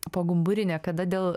pogumburinė kada dėl